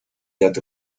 that